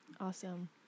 Awesome